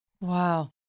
Wow